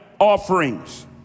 offerings